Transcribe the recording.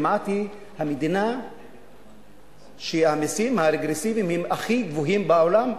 היא המדינה שהמסים הרגרסיביים בה הם כמעט הכי גבוהים בעולם.